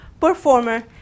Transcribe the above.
performer